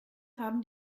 haben